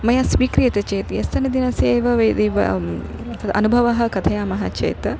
मया स्वीक्रियते चेत् यस्सनदिनस्य एव यदि तदनुभवः कथयामः चेत्